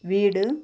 வீடு